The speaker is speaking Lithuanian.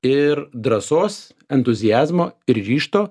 ir drąsos entuziazmo ir ryžto